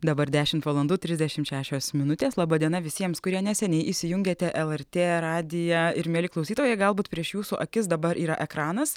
dabar dešimt valandų trisdešimt šešios minutės laba diena visiems kurie neseniai įsijungėte lrt radiją ir mieli klausytojai galbūt prieš jūsų akis dabar yra ekranas